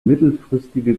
mittelfristige